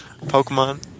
Pokemon